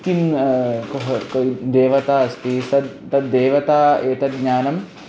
किं कुः कै देवता अस्ति सद् तद् देवता एतद् ज्ञानं